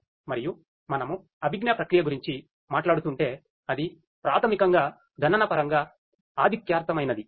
మరియు మనం అభిజ్ఞా ప్రక్రియ గురించి మాట్లాడుతుంటే అది ప్రాథమికంగా గణనపరంగా అధిక్యార్థకమయినధి